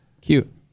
Cute